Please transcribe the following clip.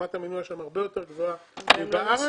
רמת המינוע שם הרבה יותר גבוהה מאשר בארץ,